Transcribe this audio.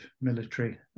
military